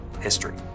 history